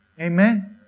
Amen